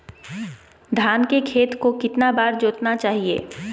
धान के खेत को कितना बार जोतना चाहिए?